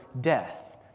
death